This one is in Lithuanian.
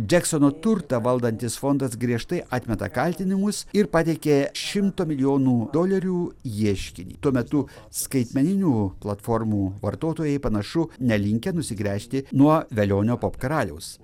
džeksono turtą valdantis fondas griežtai atmeta kaltinimus ir pateikė šimto milijonų dolerių ieškinį tuo metu skaitmeninių platformų vartotojai panašu nelinkę nusigręžti nuo velionio karaliaus